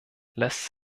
lässt